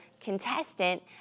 contestant